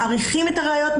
מעריכים את הראיות,